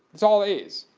it's all a's.